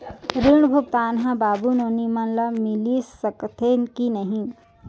ऋण भुगतान ह बाबू नोनी मन ला मिलिस सकथे की नहीं?